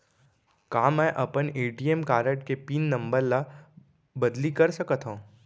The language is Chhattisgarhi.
का मैं अपन ए.टी.एम कारड के पिन नम्बर ल बदली कर सकथव?